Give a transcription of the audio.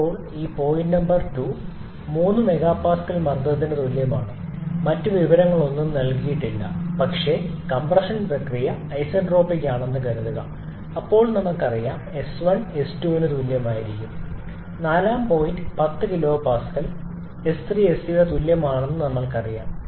ഇപ്പോൾ point number 2 3 MPa മർദ്ദത്തിന് തുല്യമാണ് മറ്റ് വിവരങ്ങളൊന്നും നൽകിയിട്ടില്ല പക്ഷേ കംപ്രഷൻ പ്രക്രിയ ഐസെൻട്രോപിക് ആണെന്ന് കരുതുക അപ്പോൾ നമുക്കറിയാം s1 𝑠2 നാലാം പോയിന്റ് 10 kPa s3 എന്നിവ s4 ന് തുല്യമായിരിക്കണമെന്ന് ഞങ്ങൾക്കറിയാം